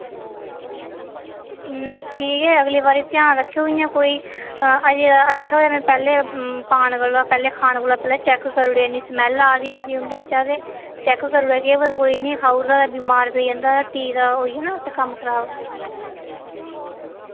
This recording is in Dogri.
इय्यां ठीक ऐ अगली बारी ध्यान रक्खेओ इयां कोई अजें ते अच्छा होआ मैं पैह्ले पान कोला पैह्ले खान कोला पैह्ले चैक करूड़े इन्नी स्मैल्ल आ दी ऐ ही उं'दे चा ते चैक करूड़ेआ केह् पता कोई इयां खाऊड़दा ते बीमार पेई जं'दा ते फ्ही तां होई जाना हा तुसै कम्म खराब